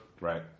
Right